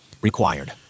required